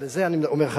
ועל זה אני אומר לך,